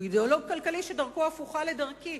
הוא אידיאולוג כלכלי שדרכו הפוכה לדרכי,